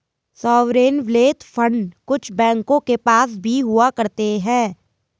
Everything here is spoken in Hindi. सॉवरेन वेल्थ फंड कुछ बैंकों के पास भी हुआ करते हैं